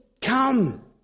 come